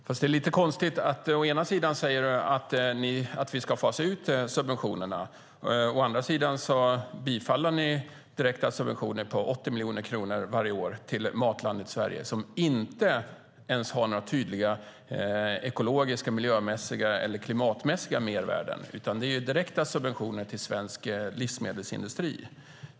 Fru talman! Det är lite konstigt att du, Åsa Coenraads, å ena sidan säger att vi ska fasa ut subventionerna, samtidigt som ni å andra sidan bifaller direkta subventioner på 80 miljoner kronor varje år till Matlandet Sverige som inte ens har några tydliga ekologiska, miljömässiga eller klimatmässiga mervärden. Det är ju direkta subventioner till svensk livsmedelsindustri.